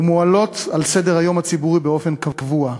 ומועלות על סדר-היום הציבורי באופן קבוע.